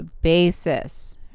basis